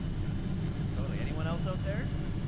yeah totally. anyone else out there?